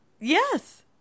Yes